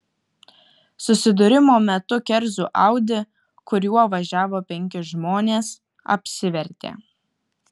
susidūrimo metu kerzų audi kuriuo važiavo penki žmonės apsivertė